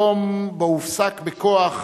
היום שבו הופסק בכוח